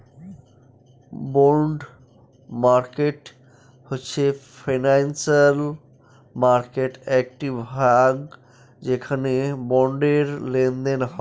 bond market হচ্ছে financial মার্কেটের একটি ভাগ যেখানে বন্ডের লেনদেন হয়